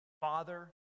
Father